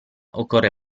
occorre